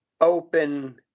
open